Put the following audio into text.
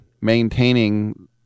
maintaining